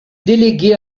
délégué